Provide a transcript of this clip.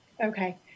Okay